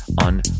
on